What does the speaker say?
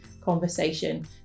conversation